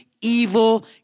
evil